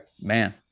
Man